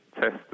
test